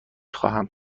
خواهم